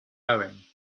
going